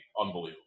unbelievable